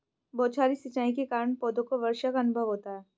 बौछारी सिंचाई के कारण पौधों को वर्षा का अनुभव होता है